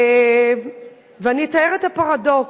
ואני אתאר את הפרדוקס.